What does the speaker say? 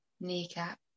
kneecap